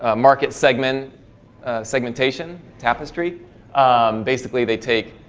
ah market segment segmentation tapestry basically they take